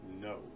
No